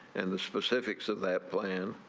and the specifics of that plan.